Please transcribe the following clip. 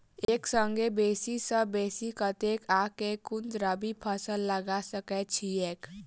एक संगे बेसी सऽ बेसी कतेक आ केँ कुन रबी फसल लगा सकै छियैक?